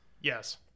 Yes